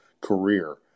career